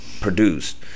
produced